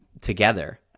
together